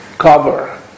cover